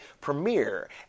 premiere